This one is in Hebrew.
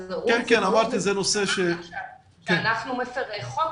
אמרתי שזה נושא ש- ----- שאנחנו מפרי חוק,